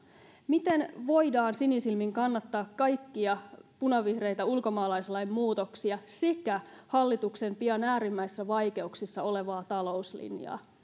miten voidaan sinisilmin kannattaa kaikkia punavihreitä ulkomaalaislain muutoksia sekä hallituksen pian äärimmäisissä vaikeuksissa olevaa talouslinjaa